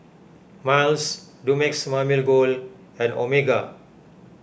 Miles Dumex Mamil Gold and Omega